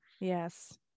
yes